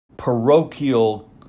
parochial